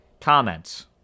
Comments